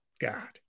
god